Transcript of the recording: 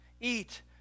eat